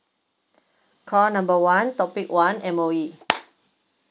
call number one topic one M_O_E